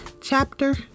Chapter